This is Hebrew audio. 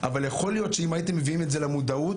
אבל יכול להיות שאם הייתם מביאים את זה למודעות,